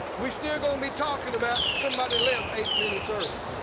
we're still going to be talking about somebody left eight minutes early?